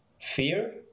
fear